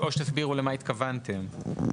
או שתסבירו למה התכוונתם.